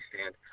stand